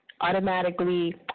automatically